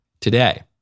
today